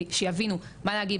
שיבינו מה להגיד,